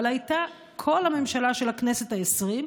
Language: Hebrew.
אבל הייתה כל הממשלה של הכנסת העשרים.